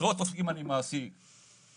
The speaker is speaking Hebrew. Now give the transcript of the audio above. אני מעסיק עשרות עובדים.